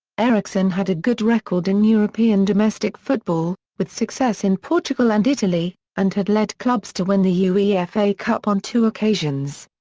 eriksson had a good record in european domestic football, with success in portugal and italy, and had led clubs to win the yeah uefa cup on two occasions.